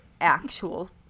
actual